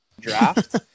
draft